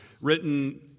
written